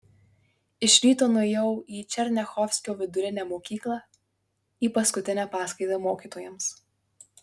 iš ryto nuėjau į černiachovskio vidurinę mokyklą į paskutinę paskaitą mokytojams